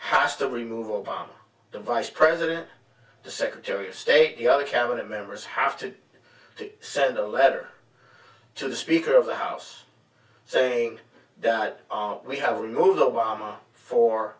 has to remove obama the vice president the secretary of state the other cabinet members have to send a letter to the speaker of the house saying that are we have